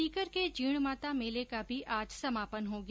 सीकर के जीणमाता मेले का आज समापन हो गया